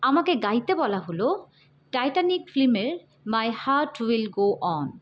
আমাকে গাইতে বলা হলো টাইটানিক ফিল্মের my heart will go on